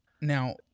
Now